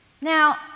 Now